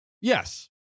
yes